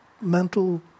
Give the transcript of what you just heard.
mental